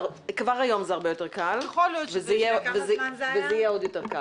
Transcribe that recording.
כבר היום זה הרבה יותר קל וזה יהיה עוד יותר קל.